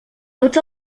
tots